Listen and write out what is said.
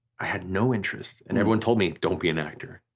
i had no interest, and everyone told me don't be an actor.